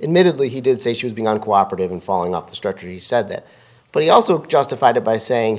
emitted lee he did say she was being uncooperative and following up the structure he said that but he also justified it by saying